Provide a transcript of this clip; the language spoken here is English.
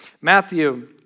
Matthew